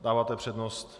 Dáváte přednost.